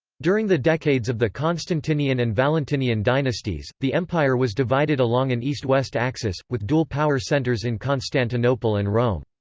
during the decades of the constantinian and valentinian dynasties, the empire was divided along an east-west axis, with dual power centres in constantinople and rome.